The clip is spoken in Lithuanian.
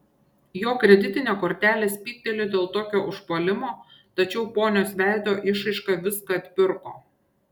jo kreditinė kortelė spygtelėjo dėl tokio užpuolimo tačiau ponios veido išraiška viską atpirko